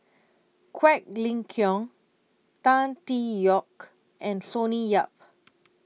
Quek Ling Kiong Tan Tee Yoke and Sonny Yap